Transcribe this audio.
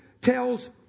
tells